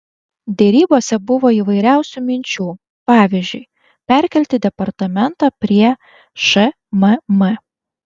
derybose buvo įvairiausių minčių pavyzdžiui perkelti departamentą prie šmm